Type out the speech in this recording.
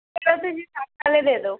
ਚਲੋ ਤੁਸੀਂ ਸੱਠ ਵਾਲੇ ਦੇ ਦਿਓ